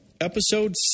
episode